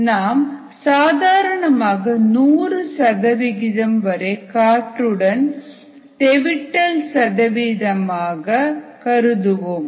நாம் சாதாரணமாக 100 சதவிகிதம் வரை காற்றுடன் தெவிட்டல் சதவிகிதமாக கருதுவோம்